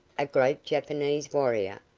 a great japanese warrior,